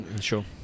Sure